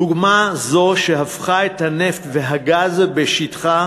דוגמה זו הפכה את הנפט ואת הגז בשטחה